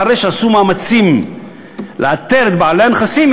אחרי שעשו מאמצים לאתר את בעלי הנכסים,